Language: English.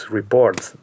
reports